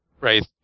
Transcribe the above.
Right